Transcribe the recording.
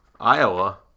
Iowa